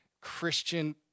christian